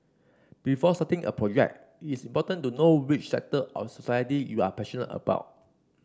before starting a project it is important to know which sector of society you are passionate about